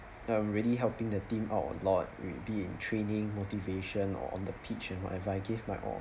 uh really helping the team out a lot maybe in training motivation or on the pitch and whatever I gave my all